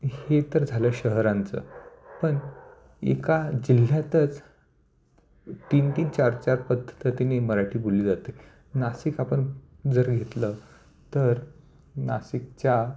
हे तर झालं शहरांचं पण एका जिल्ह्यातच तीन तीन चारचार पद्धतीने मराठी बोलली जाते नाशिक आपण जर घेतलं तर नाशिकच्या